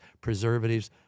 preservatives